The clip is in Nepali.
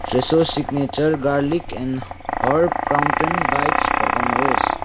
Fresho signature garlic and herb crouton bites फर्काउनुहोस्